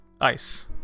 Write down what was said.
ice